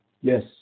Yes